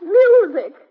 music